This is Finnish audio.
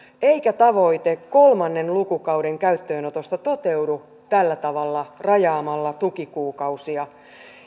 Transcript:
eikä tavoite kolmannen lukukauden käyttöönotosta toteudu tällä tavalla rajaamalla tukikuukausia